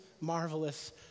marvelous